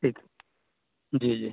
ٹھیک ہے جی جی